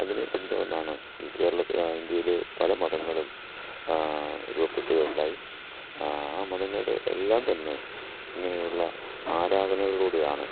അതിനെ പിന്തുടർന്നാണ് ഈ കേരളത്തി ഇന്ത്യയില് പല മതങ്ങളും രൂപപ്പെടുകയുണ്ടായി മതങ്ങളുടെ എല്ലാം തന്നെ ഇങ്ങനെയുള്ള ആരാധനകളിലൂടെയാണ്